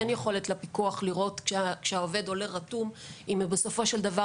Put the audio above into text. אין יכולת לפיקוח לראות כאשר העובד עולה רתום אם הוא בסופו של דבר